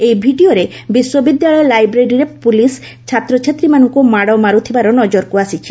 ଏହି ଭିଡିଓରେ ବିଶ୍ୱବିଦ୍ୟାଳୟ ଲାଇବ୍ରେରୀରେ ପୁଲିସ ଛାତ୍ରଛାତ୍ରୀମାନଙ୍କୁ ମାଡ ମାରୁଥିବାର ନିଜରକୁ ଆସିଛି